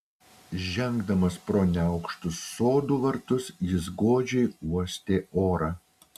žengdamas pro neaukštus sodų vartus jis godžiai uostė orą